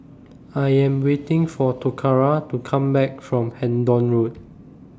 I Am waiting For Toccara to Come Back from Hendon Road